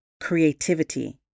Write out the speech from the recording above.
creativity